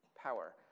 Power